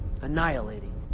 annihilating